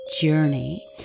journey